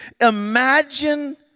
imagine